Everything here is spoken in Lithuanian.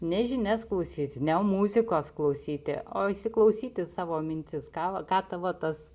ne žinias klausyti ne muzikos klausyti o įsiklausyt į savo mintis ką va ką tavo tas